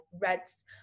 REDS